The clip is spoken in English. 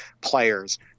players